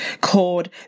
called